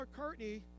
McCartney